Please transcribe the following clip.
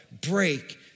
break